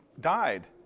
died